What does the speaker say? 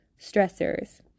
stressors